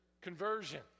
conversion